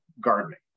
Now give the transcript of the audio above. gardening